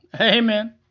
Amen